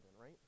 right